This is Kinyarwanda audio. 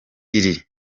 iri